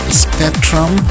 spectrum